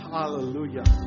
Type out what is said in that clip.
Hallelujah